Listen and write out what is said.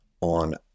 on